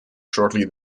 shortly